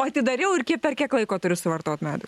o atidariau ir kit per kiek laiko turiu suvartot medų